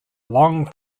long